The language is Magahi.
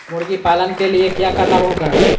मुर्गी पालन के लिए क्या करना होगा?